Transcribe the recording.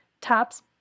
tops